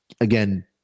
again